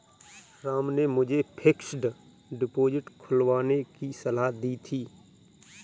राम ने मुझे fixed deposit खुलवाने की सलाह दी थी